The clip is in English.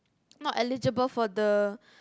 not eligible for the